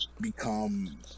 become